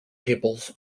tables